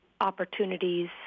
opportunities